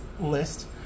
list